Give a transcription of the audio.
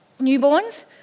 newborns